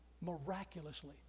Miraculously